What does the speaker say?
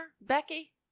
Becky